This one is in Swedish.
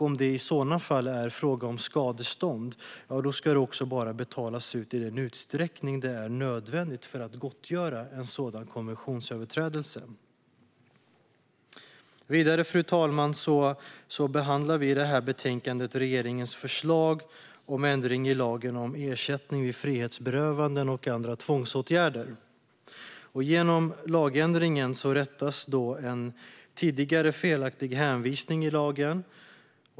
Om det i sådana fall är fråga om skadestånd ska det också bara betalas ut i den utsträckning det är nödvändigt för att gottgöra en sådan konventionsöverträdelse. Fru talman! Utskottet behandlar vidare i betänkandet regeringens förslag om ändring i lagen om ersättning vid frihetsberövanden och andra tvångsåtgärder. Genom lagändringen rättas en tidigare felaktig hänvisning i lagen.